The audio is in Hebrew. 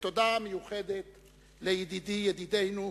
תודה מיוחדת לידידי-ידידנו,